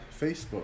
Facebook